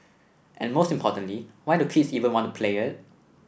and most importantly why do kids even want to play it